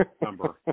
Number